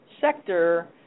sector